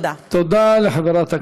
שיהיה לה יותר קל